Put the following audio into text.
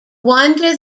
wonder